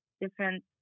different